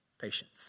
patience